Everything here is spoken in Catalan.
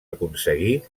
aconseguir